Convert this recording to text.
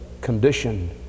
condition